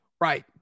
Right